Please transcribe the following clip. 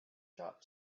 drop